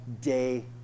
day